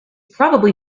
probably